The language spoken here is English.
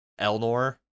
Elnor